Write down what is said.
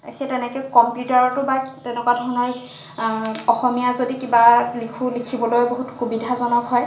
সেই তেনেকৈ কম্পিউটাৰতো বা তেনেকুৱা ধৰণৰ অসমীয়া যদি কিবা লিখো লিখিবলৈ বহু সুবিধাজনক হয়